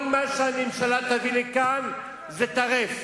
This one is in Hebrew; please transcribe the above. כל מה שהממשלה תביא לכאן טרף.